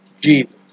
Jesus